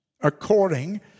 According